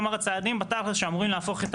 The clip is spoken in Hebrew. כלומר הצעדים בתכל'ס שאמורים להפוך את